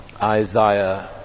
Isaiah